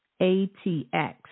ATX